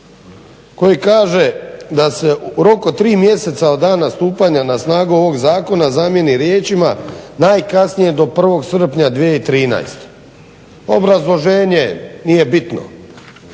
koji kaže da se u roku od tri mjeseca od dana stupanja na snagu ovog zakona zamijeni riječima najkasnije do 1.srpnja 2013. Obrazloženje nije bitno.